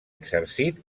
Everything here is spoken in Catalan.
exercit